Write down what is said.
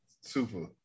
Super